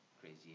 Crazy